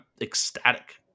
ecstatic